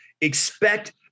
Expect